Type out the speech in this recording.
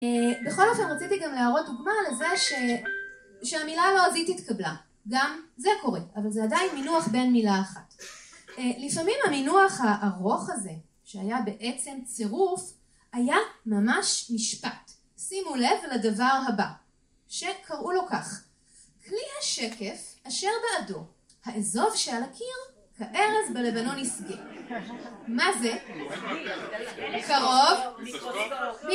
בכל אופן רציתי גם להראות דוגמה לזה שהמילה הלועזית התקבלה, גם זה קורה, אבל זה עדיין מינוח בן מילה אחת. לפעמים המינוח הארוך הזה שהיה בעצם צירוף היה ממש משפט, שימו לב לדבר הבא שקראו לו כך, כלי השקף אשר בעדו האזוב שעל הקיר כארז בלבנון ישגה. מה זה קרוב